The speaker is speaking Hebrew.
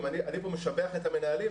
אני משבח פה את המנהלים,